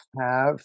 have-